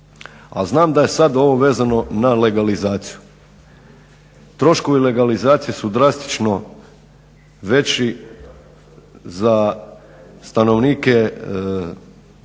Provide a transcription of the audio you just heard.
znam da je sad ovo vezano na legalizaciju. Troškovi legalizacije su drastično veći za stanovnike onog